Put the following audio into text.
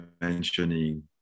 mentioning